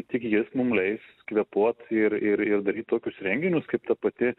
tik jis mum leis kvėpuot ir ir ir daryt tokius renginius kaip ta pati